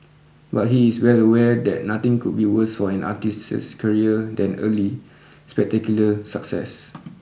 but he is well aware that nothing could be worse for an artist's career than early spectacular success